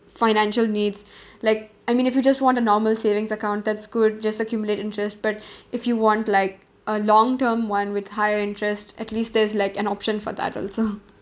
financial needs like I mean if you just want a normal savings account that's good just accumulate interest but if you want like a long term one with higher interest at least there's like an option for that also